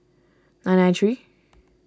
nine nine three